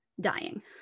dying